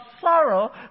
sorrow